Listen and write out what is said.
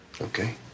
Okay